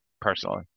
personally